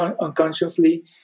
unconsciously